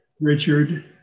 Richard